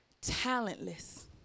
talentless